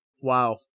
Wow